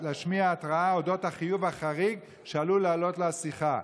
להשמיע התראה אודות החיוב החריג שהוא עלול לקבל על השיחה.